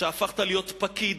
שהפכת להיות פקיד